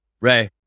Ray